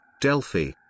Delphi